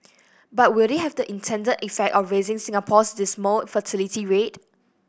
but will they have the intended effect of raising Singapore's dismal fertility rate